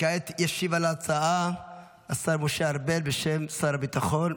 כעת ישיב על ההצעה השר משה ארבל בשם שר הביטחון,